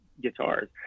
guitars